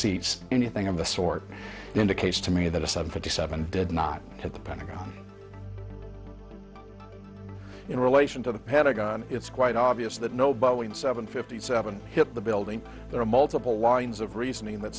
seats anything of the sort indicates to me that a seventy seven did not hit the pentagon in relation to the pentagon it's quite obvious that no boeing seven fifty seven hit the building there are multiple lines of reasoning that